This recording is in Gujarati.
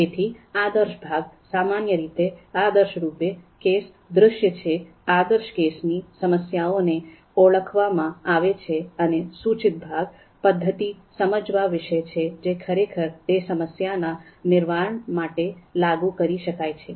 તેથી આદર્શ ભાગ સામાન્ય રીતે આદર્શરૂપે કેસ દૃશ્ય છે જ્યાં આદર્શ કેસની સમસ્યાઓને ઓળખવામાં આવે છે અને સૂચિત ભાગ પદ્ધતિઓ સમજવા વિશે છે જે ખરેખર તે સમસ્યાના નિવારણ માટે લાગુ કરી શકાય છે